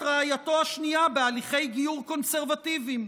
רעייתו השנייה בהליכי גיור קונסרבטיביים.